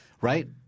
Right